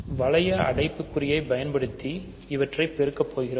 வளைய அடைப்புக்குறி யை பயன்படுத்தி இவற்றை பெருக்கப் போகிறோம்